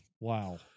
wow